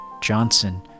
johnson